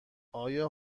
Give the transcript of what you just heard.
آیا